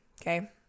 okay